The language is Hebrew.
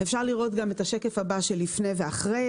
ואפשר לראות גם את השקף הבא של לפני ואחרי,